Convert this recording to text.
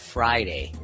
Friday